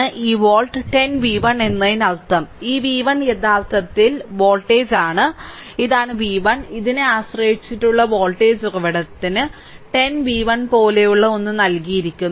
ഈ volt 10 v 1 എന്നതിനർത്ഥം ഈ v 1 യഥാർത്ഥത്തിൽ ഇതാണ് വോൾട്ടേജ് ഇതാണ് v 1 ഇതിനെ ആശ്രയിച്ചുള്ള വോൾട്ടേജ് ഉറവിടത്തിന് 10 v 1 പോലെയുള്ള ഒന്ന് നൽകിയിരിക്കുന്നു